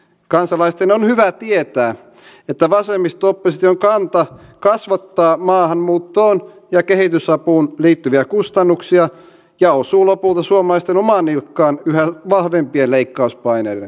kansalaisten on hyvä tietää että vasemmisto opposition kanta kasvattaa maahanmuuttoon ja kehitysapuun liittyviä kustannuksia osuu lopulta suomalaisten omaan nilkkaan yhä vahvempien leikkauspaineiden muodossa